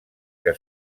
que